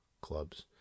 clubs